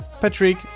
Patrick